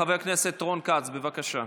חבר הכנסת רון כץ, בבקשה,